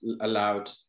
allowed